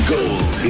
Gold